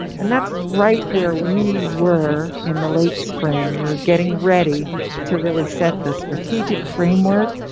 and that's right where we were in the late spring. we were getting ready to really set the strategic framework,